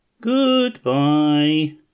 Goodbye